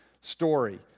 story